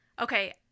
Okay